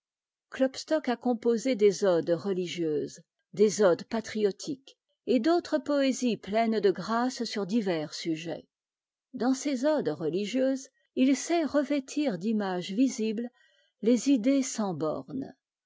ktopstock à composé des odes religieuses des odes patriotiques et dautres poésies pleines de grâce sur divers sujets dans ses odes retigieusés it sait revêtir d'images visibles tes idéës sans bornes